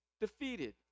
defeated